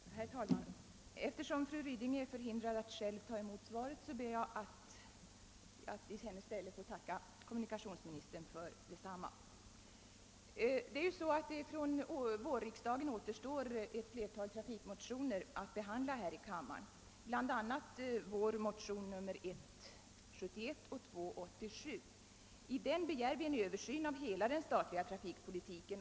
Herr talman! Eftersom fru Ryding är förhindrad att själv ta emot kommunikationsministerns svar, ber jag att i hennes ställe få tacka för detsamma. Det återstår ju från vårriksdagen ett flertal trafikmotioner att behandla i denna kammare, bl.a. vårt motionspar 1: 71 och II: 87. Vi begär i dessa motioner en översyn av hela den statliga trafikpolitiken.